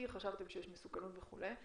כי חשבתם שיש מסוכנות וכו',